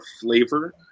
flavor